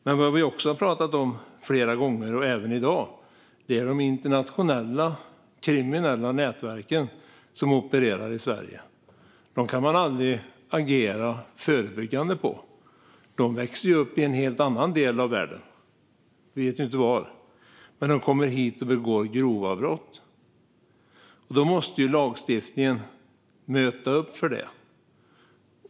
Men vad vi också har talat om flera gånger och även i dag är de internationella kriminella nätverken som opererar i Sverige. Dem kan man aldrig agera förebyggande mot. De växer upp i en helt annan del av världen, och vi vet inte var. Men de kommer hit och begår grova brott. Då måste lagstiftningen möta upp för det.